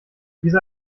diese